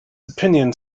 opinion